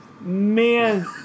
Man